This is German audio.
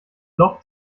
loch